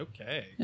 Okay